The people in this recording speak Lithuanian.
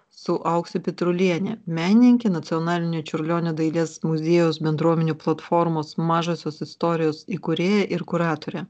su aukse petruliene menininke nacionalinio čiurlionio dailės muziejaus bendruomenių platformos mažosios istorijos įkūrėja ir kuratore